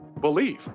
believe